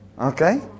Okay